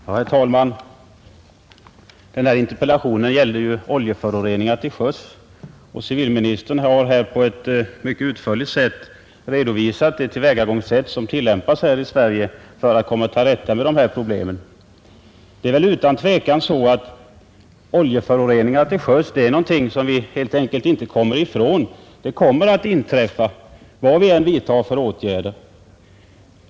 Herr talman! Den här interpellationen gällde ju oljeföroreningar till sjöss, och civilministern har mycket utförligt redovisat det tillvägagångssätt som tillämpas här i Sverige för att komma till rätta med dessa problem. Utan tvivel är oljeföroreningar till sjöss någonting som vi helt enkelt inte kommer ifrån. Sådana kommer att inträffa vad vi än vidtar för åtgärder.